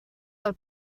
del